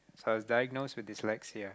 so I was diagnose with dyslexia